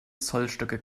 zollstöcke